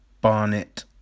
Barnett